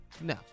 No